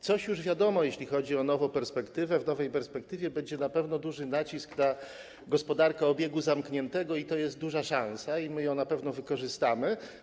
Coś już wiadomo, jeżeli chodzi o nową perspektywę, w nowej perspektywie na pewno będzie kładziony duży nacisk na gospodarkę obiegu zamkniętego, i to jest duża szansa, którą na pewno wykorzystamy.